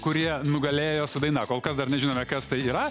kurie nugalėjo su daina kol kas dar nežinome kas tai yra